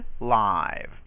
live